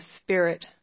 Spirit